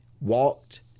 walked